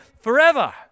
forever